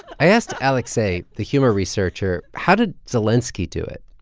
i asked alexey, the humor researcher, how did zelenskiy do it?